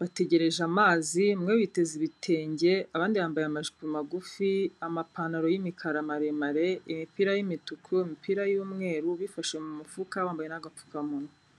bategereje amazi, bamwe biteze ibitenge abandi bambaye amajipo magufi, amapantaro y'imikara maremare, imipira y'imituku, imipira y'umweru, bifashe mu mufuka, bambaye n'agapfukamunwa.